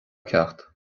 ceacht